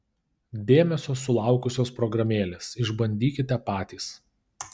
dėmesio sulaukusios programėlės išbandykite patys